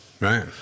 Right